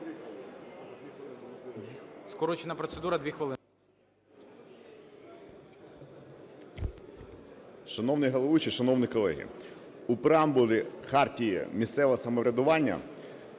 Шановний головуючий, шановні колеги! У преамбулі Хартії місцевого самоврядування